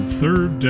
Third